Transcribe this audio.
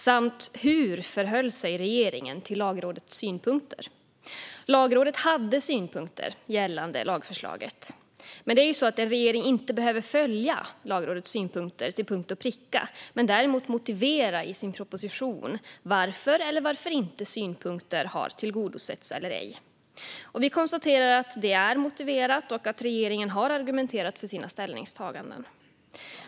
Och hur förhöll sig regeringen till Lagrådets synpunkter? Lagrådet hade synpunkter gällande lagförslaget. En regering behöver dock inte följa Lagrådets synpunkter till punkt och pricka; däremot ska den i sin proposition motivera varför synpunkter har tillgodosetts eller inte. Vi konstaterar att regeringen har motiverat detta och att den har argumenterat för sina ställningstaganden.